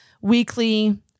weekly